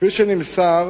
כפי שנמסר